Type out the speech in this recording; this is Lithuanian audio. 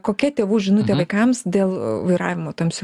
kokia tėvų žinutė vaikams dėl vairavimo tamsiu